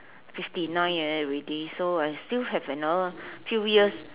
fifty nine already so I still have another few years